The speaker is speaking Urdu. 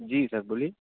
جی سر بولیے